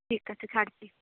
ঠিক আছে ছাড়ছি